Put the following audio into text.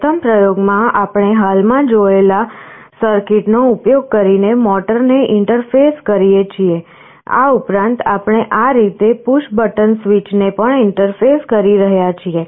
પ્રથમ પ્રયોગમાં આપણે હાલમાં જોયેલા સર્કિટનો ઉપયોગ કરીને મોટરને ઇન્ટરફેસ કરીએ છીએ આ ઉપરાંત આપણે આ રીતે પુશ બટન સ્વીચને પણ ઇન્ટરફેસ કરી રહ્યાં છીએ